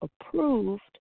approved